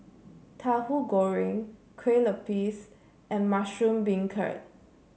Tahu Goreng Kue Lupis and Mushroom Beancurd